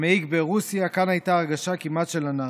המעיק ברוסיה, כאן הייתה הרגשה כמעט של אנרכיה.